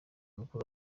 mukuru